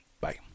bye